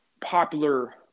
popular